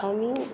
आमी